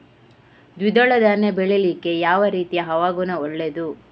ದ್ವಿದಳ ಧಾನ್ಯ ಬೆಳೀಲಿಕ್ಕೆ ಯಾವ ರೀತಿಯ ಹವಾಗುಣ ಒಳ್ಳೆದು?